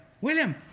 William